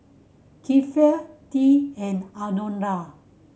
Kiefer Tea and Alondra